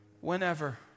Whenever